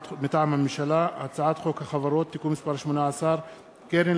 מטעם הממשלה: הצעת חוק החברות (תיקון מס' 18) (קרן